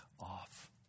off